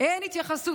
אין התייחסות